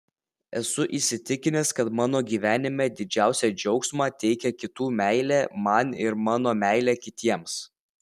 esu įsitikinęs kad mano gyvenime didžiausią džiaugsmą teikia kitų meilė man ir mano meilė kitiems